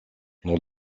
dans